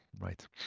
Right